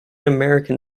american